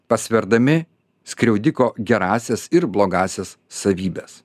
pasverdami skriaudiko gerąsias ir blogąsias savybes